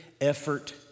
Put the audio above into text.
effort